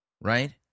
right